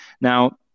Now